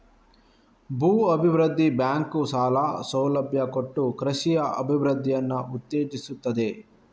ಭೂ ಅಭಿವೃದ್ಧಿ ಬ್ಯಾಂಕು ಸಾಲ ಸೌಲಭ್ಯ ಕೊಟ್ಟು ಕೃಷಿಯ ಅಭಿವೃದ್ಧಿಯನ್ನ ಉತ್ತೇಜಿಸ್ತದೆ